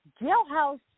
jailhouse